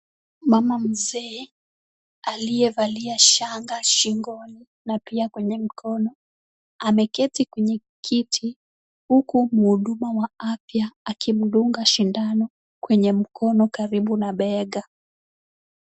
Mama mzee, aliyevalia shanga shingoni na pia kwenye mkono, ameketi kwenye kiti huku mhudumu wa afya akimdunga sindano kwenye mkono karibu na bega.